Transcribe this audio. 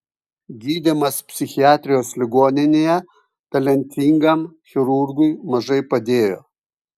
gydymas psichiatrijos ligoninėje talentingam chirurgui mažai padėjo